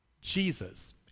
Jesus